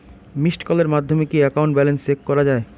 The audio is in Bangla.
মিসড্ কলের মাধ্যমে কি একাউন্ট ব্যালেন্স চেক করা যায়?